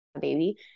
baby